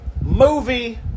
Movie